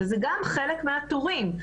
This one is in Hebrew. זה גם חלק מהתורים.